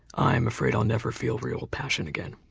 i'm afraid i'll never feel real passion again.